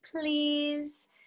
please